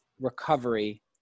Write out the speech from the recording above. recovery